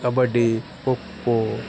kabaddi kho kho